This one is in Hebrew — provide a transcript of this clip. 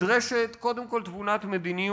נדרשת קודם כול תבונת מדיניות